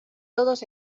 todos